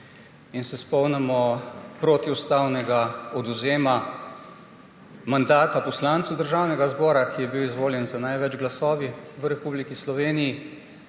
in se spomnimo protiustavnega odvzema mandata poslancu Državnega zbora, ki je bil izvoljen z največ glasovi v Republiki Sloveniji,